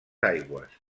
aigües